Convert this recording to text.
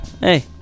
Hey